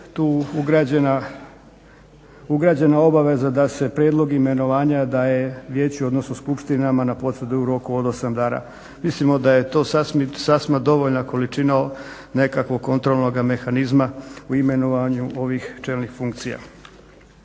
tu ugrađena obaveza da se prijedlog imenovanja daje vijeću, odnosno skupštinama na potvrdu u roku od 8 dana. Mislimo da je to sasma dovoljna količina nekakvog kontrolnoga mehanizma u imenovanju ovih čelnih funkcija.